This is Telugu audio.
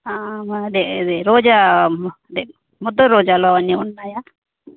అదే అదే రోజా అది ముద్ద రోజాాలు అవన్నీ ఉన్నాయా